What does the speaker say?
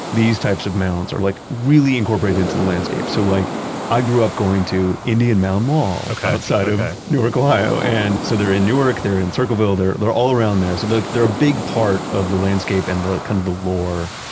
these types of mounds are like really incorporated into the landscape. so, like i grew up going to indian mound mall, outside of newark, ohio. and so, they're in newark, they're in circleville, they're they're all around there. so they're a big part of the landscape, and the kind of lore,